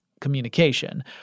communication